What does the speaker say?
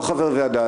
אתה לא חבר ועדה,